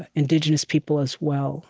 indigenous people, as well